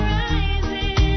rising